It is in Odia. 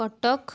କଟକ